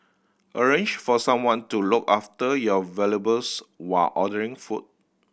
arrange for someone to look after your valuables while ordering food